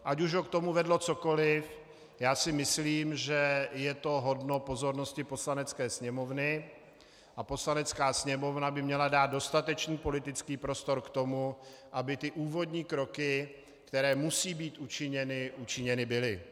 Ať už ho k tomu vedlo cokoli, myslím si, že je to hodno pozornosti Poslanecké sněmovny, a Poslanecká sněmovna by měla dát dostatečný politický prostor k tomu, aby ty úvodní kroky, které musí být učiněny, učiněny byly.